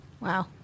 Wow